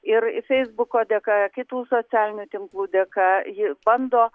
ir feisbuko dėka kitų socialinių tinklų dėka ji bando